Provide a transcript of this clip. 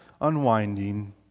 unwinding